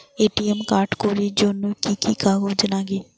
ATM card করির জন্যে কি কি কাগজ নাগে?